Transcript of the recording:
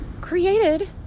created